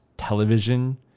television